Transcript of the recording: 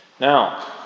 Now